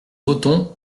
votons